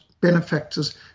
benefactors